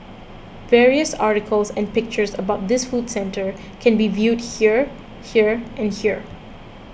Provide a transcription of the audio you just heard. various articles and pictures about this food centre can be viewed here here and here